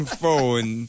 phone